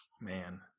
Man